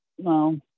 no